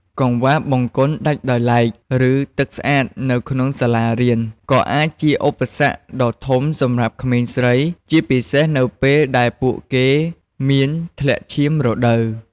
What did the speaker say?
កង្វះបង្គន់ដាច់ដោយឡែក ឬទឹកស្អាតនៅក្នុងសាលារៀនក៏អាចជាឧបសគ្គដ៏ធំសម្រាប់ក្មេងស្រី ជាពិសេសនៅពេលដែលពួកគេមានធ្លាក់ឈាមរដូវ។